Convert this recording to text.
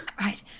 Right